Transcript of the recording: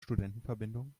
studentenverbindung